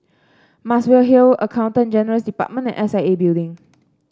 Muswell Hill Accountant General's Department and S I A Building